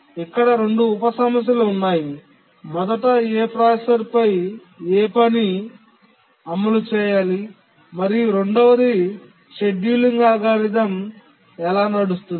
ఇక్కడ 2 ఉప సమస్యలు ఉన్నాయి మొదట ఏ ప్రాసెసర్పై ఏ పని అమలు చేయాలి మరియు రెండవది షెడ్యూలింగ్ అల్గోరిథం ఎలా నడుస్తుంది